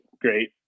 great